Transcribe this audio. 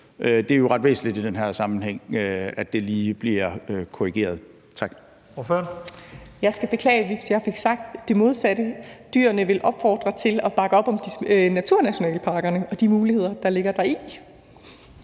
Det er jo ret væsentligt i den her sammenhæng, at det lige bliver korrigeret. Tak.